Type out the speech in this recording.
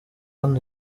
hano